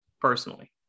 personally